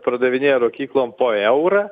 pardavinėja rūkyklom po eurą